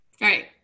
right